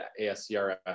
ASCRS